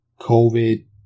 COVID